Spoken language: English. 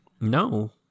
No